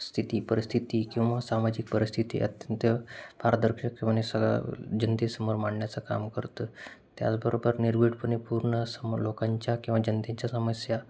स्थिती परिस्थिती किंवा सामाजिक परिस्थिती अत्यंत पारदर्शकपणे सगळ्या जनतेसमोर मांडण्याचं काम करतं त्याचबरोबर निर्भिडपणे पूर्ण समोर लोकांच्या किंवा जनतेच्या समस्या